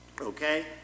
Okay